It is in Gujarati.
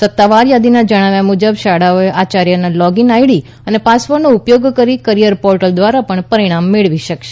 સત્તાવાર યાદીના જણાવ્યા મુજબ શાળાઓ આચાર્યોના લોગ ઈન આઈડી અને પાસવર્ડનો ઉપયોગ કરી કરિયર્સ પોર્ટલ દ્વારા પરિણામ મેળવી શકશે